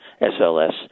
SLS